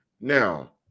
Now